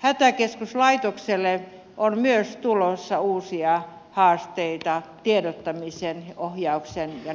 hätäkeskuslaitokselle on myös tulossa uusia haasteita tiedottamisen ohjauksen ja